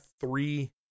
three